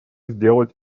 сделать